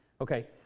Okay